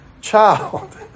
child